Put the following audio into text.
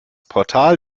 portal